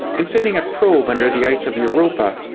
and sending a probe under the ice of europa,